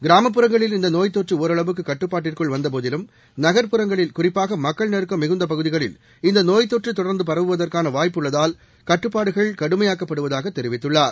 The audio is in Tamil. கிராமப்புறங்களில் இந்த நோய் தொற்று ஒரளவுக்கு கட்டுப்பாட்டுக்குள் வந்தபோதிலும் நகர்ப்புறங்களில் குறிப்பாக மக்கள் நெருக்கம் மிகுந்த பகுதிகளில் இந்த நோய் தொற்று தொடர்ந்து பரவுவதற்கான வாய்ப்பு உள்ளதால் கட்டுப்பாடுகள் கடுமையாக்கப்படுவதாகக் தெரிவித்துள்ளார்